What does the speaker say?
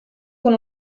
con